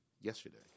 yesterday